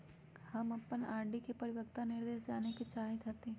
हम अपन आर.डी के परिपक्वता निर्देश जाने के चाहईत हती